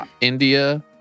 India